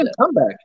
comeback